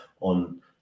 on